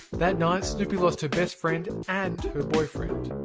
that night, snewpee lost her best friend and her boyfriend.